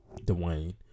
Dwayne